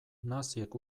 naziek